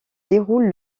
déroule